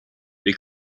they